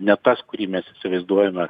ne tas kurį mes įsivaizduojame